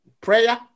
Prayer